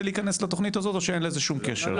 להיכנס לתוכנית הזאת או שאין לזה שום קשר?